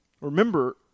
Remember